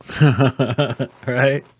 right